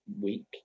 week